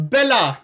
Bella